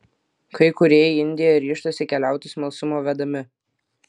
kai kurie į indiją ryžtasi keliauti smalsumo vedami